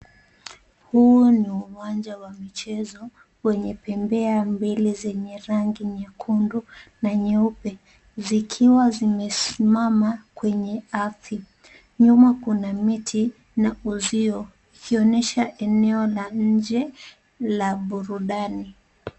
Huu ni uwanja wa michezo wenye bembea mbili zenye rangi nyekundu na nyeupe, zikiwa zimesimama kwenye ardhi. Nyuma kuna miti na uzio ikionyesha eneo la nje la burudani.